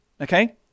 okay